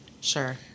sure